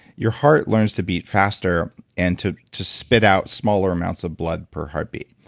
your heart learns to beat faster and to to spit out smaller amounts of blood per heartbeat.